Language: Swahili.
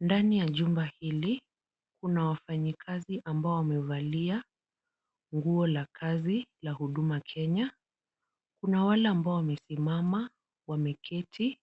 Ndani ya jumba hili kuna wafanyikazi ambao wamevalia nguo la kazi la Huduma Kenya. Kuna wale ambao wamesimama , wameketi